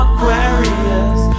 Aquarius